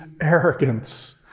arrogance